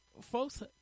folks